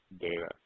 data